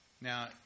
Now